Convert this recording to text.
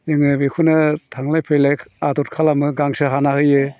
जोङो बेखौनो थांलाय फैलाय आदर खालामो गांसो हाना होयो